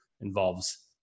involves